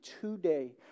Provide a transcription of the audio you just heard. today